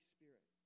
Spirit